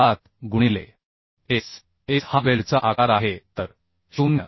7 गुणिले S S हा वेल्डचा आकार आहे तर 0